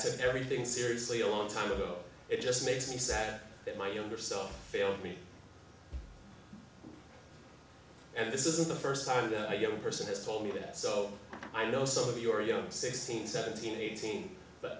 said everything seriously a long time ago it just makes me sad that my younger self failed me and this is the first time i get a person has told me that so i know some of your young sixteen seventeen eighteen but